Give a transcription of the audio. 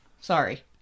sorry